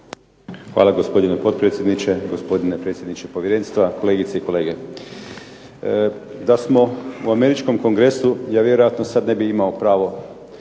Hvala gospodine potpredsjedniče, gospodine predsjedniče povjerenstva, kolegice i kolege. Da smo u američkom kongresu ja vjerojatno sad ne bih imao pravo